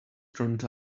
turned